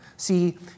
See